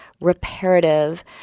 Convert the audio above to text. reparative